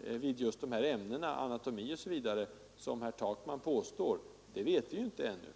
vid just de teoretiska ämnena — anatomi osv. — som herr Takman påstår, vet vi inte ännu.